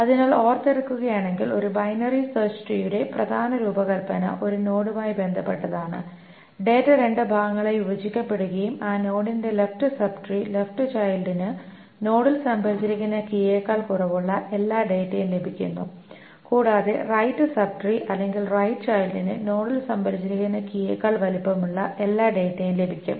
അതിനാൽ ഓർത്തെടുക്കുകയാണെങ്കിൽ ഒരു ബൈനറി സെർച്ച് ട്രീയുടെ പ്രധാന രൂപകൽപ്പന ഒരു നോഡുമായി ബന്ധപ്പെട്ടതാണ് ഡാറ്റ രണ്ട് ഭാഗങ്ങളായി വിഭജിക്കപ്പെടുകയും ആ നോഡിന്റെ ലെഫ്റ് സബ്ട്രീ ലെഫ്റ് ചൈൽഡിന് നോഡിൽ സംഭരിച്ചിരിക്കുന്ന കീയേക്കാൾ കുറവുള്ള എല്ലാ ഡാറ്റയും ലഭിക്കുന്നു കൂടാതെ റൈറ്റ് സബ്ട്രീ അല്ലെങ്കിൽ റൈറ്റ് ചൈൽഡിന് നോഡിൽ സംഭരിച്ചിരിക്കുന്ന കീയേക്കാൾ വലുപ്പമുള്ള എല്ലാ ഡാറ്റയും ലഭിക്കും